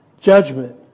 judgment